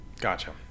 gotcha